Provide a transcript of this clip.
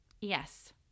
yes